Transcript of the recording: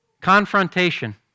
Confrontation